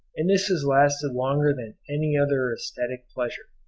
and this has lasted longer than any other aesthetic pleasure.